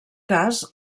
cas